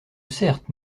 certes